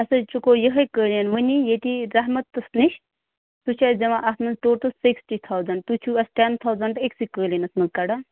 اَسہِ حظ چُکو یِہَے قٲلیٖن وُنی ییٚتی رحمتَس نِش سُہ چھُ اَسہِ دِوان اَتھ منٛز ٹوٹَل سِکسٹی تھاوزنٛڈ تُہۍ چھُو اَسہِ ٹٮ۪ن تھاوزنٛڈ أکسٕے قٲلیٖنَس منٛز کَڈان